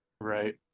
Right